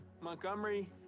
Montgomery